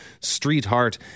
Streetheart